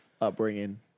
upbringing